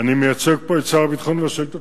אני מייצג פה את שר הביטחון בשאילתות.